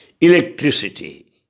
Electricity